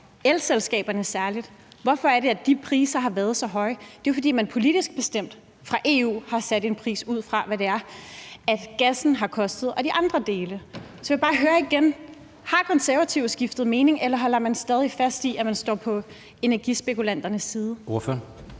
elselskaberne. Hvorfor er det, at de priser har været så høje? Det er jo, fordi man politisk har bestemt, altså fra EU's side har sat en pris ud fra, hvad det er, gassen og de andre dele har kostet. Så jeg vil bare igen høre: Har Konservative skiftet mening, eller holder man stadig fast i, at man står på energispekulanternes side? Kl.